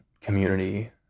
community